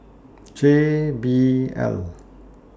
J B L